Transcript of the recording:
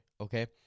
okay